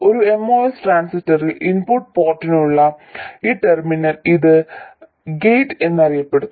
ഒരു MOS ട്രാൻസിസ്റ്ററിൽ input പോർട്ടിനുള്ള ഈ ടെർമിനൽ ഇത് ഗേറ്റ് എന്നറിയപ്പെടുന്നു